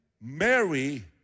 Mary